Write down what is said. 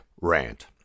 rant